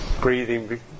breathing